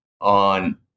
on